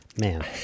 man